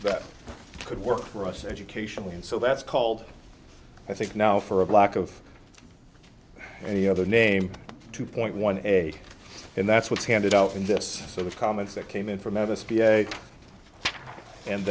that could work for us educationally and so that's called i think now for a lack of any other name two point one egg and that's what's handed out in this sort of comments that came in from memphis v a and